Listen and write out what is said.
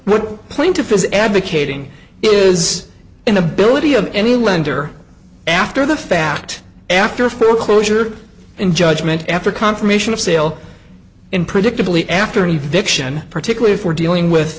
what plaintiff is advocating is inability of any lender after the fact after foreclosure in judgment after confirmation of sale in predictably after any victualling particularly if we're dealing with